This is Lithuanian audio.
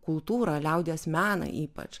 kultūrą liaudies meną ypač